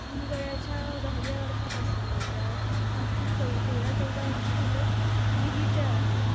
मी वयाच्या दहाव्या वर्षापासून म्हणजे मागचे चौ तेरा चौदा वर्ष झाले लिहिते आहे